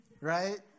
right